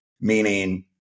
Meaning